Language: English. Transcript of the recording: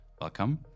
Welcome